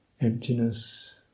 emptiness